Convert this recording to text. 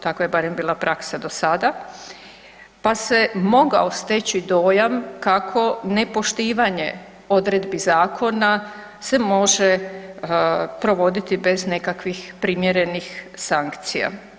Tako je barem bila praksa do sada pa se mogao steći dojam kako nepoštivanje odredbi zakona se može provoditi bez nekakvih primjerenih sankcija.